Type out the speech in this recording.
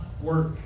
work